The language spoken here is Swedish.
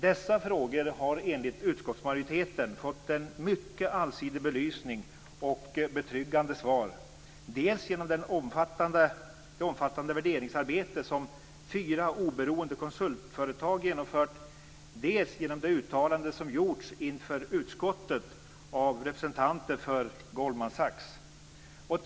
Dessa frågor har enligt utskottsmajoriteten fått en mycket allsidig belysning och betryggande svar, dels genom det omfattande värderingsarbete som fyra oberoende konsultföretag genomfört, dels genom det uttalande som gjorts inför utskottet av representanter för Goldman Sachs.